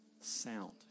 sound